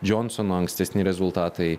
džonsono ankstesni rezultatai